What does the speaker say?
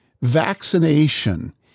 vaccination